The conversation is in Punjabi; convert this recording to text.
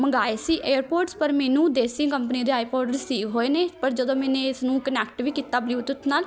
ਮੰਗਵਾਏ ਸੀ ਏਅਰਪੋਰਡਸ ਪਰ ਮੈਨੂੰ ਦੇਸੀ ਕੰਪਨੀ ਦੇ ਆਈ ਪੋਰਡਸ ਰਸੀਵ ਹੋਏ ਨੇ ਪਰ ਜਦੋਂ ਮੈਨੇ ਇਸ ਨੂੰ ਕਨੈਕਟ ਵੀ ਕੀਤਾ ਬਲਿਊਟੁੱਥ ਨਾਲ